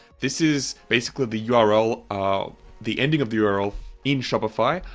this is basically the yeah ah url, um the ending of the url in shopify.